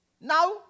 Now